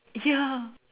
ya